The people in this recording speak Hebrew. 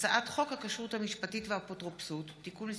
הצעת חוק הכשרות המשפטית והאפוטרופסות (תיקון מס'